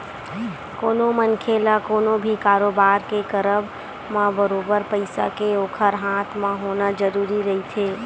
कोनो मनखे ल कोनो भी कारोबार के करब म बरोबर पइसा के ओखर हाथ म होना जरुरी रहिथे